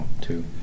Two